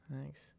Thanks